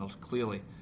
clearly